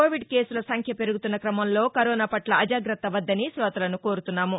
Covid కేసుల సంఖ్య పెరుగుతున్న క్రమంలో కరోనాపట్ల అజాగ్రత్త వద్దని తోతలను కోరుతున్నాము